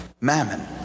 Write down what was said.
mammon